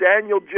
Daniel